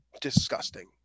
disgusting